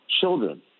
children